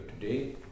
today